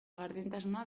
gardentasuna